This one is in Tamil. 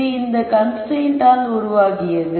இது இந்த கன்ஸ்ரைன்ட் ஆல் உருவாகியது